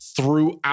throughout